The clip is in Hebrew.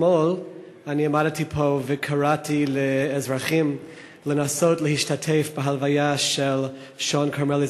אתמול אני עמדתי פה וקראתי לאזרחים לנסות להשתתף בהלוויה של שון כרמלי,